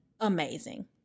Amazing